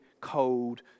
cold